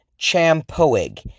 Champoig